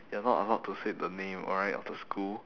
you're not allowed to say the name alright of the school